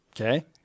Okay